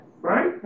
Right